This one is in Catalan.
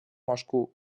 moscou